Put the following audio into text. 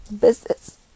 Business